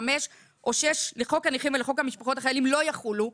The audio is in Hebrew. (5) או (6) לחוק הנכים ולחוק משפחות החיילים לא יחולו,